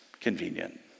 convenient